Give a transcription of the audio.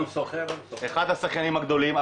אחד השחיינים הגדולים,